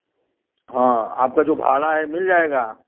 हाँ आपका जो भाड़ा है मिल जाएगा